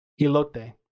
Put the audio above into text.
Elote